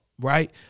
right